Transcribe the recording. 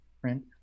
print